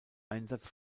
einsatz